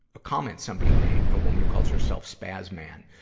a comment somebody made, a woman who calls herself spaz man.